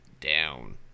down